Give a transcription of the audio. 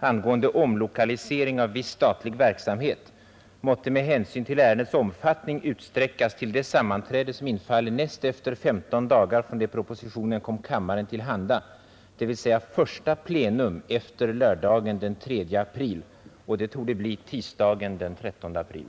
angående omlokalisering av viss statlig verksamhet måtte med hänsyn till ärendets omfattning utsträckas till det sammanträde som infaller näst efter 15 dagar från det propositionen kom kammaren till handa, dvs. första plenum efter lördagen den 3 april.